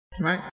Right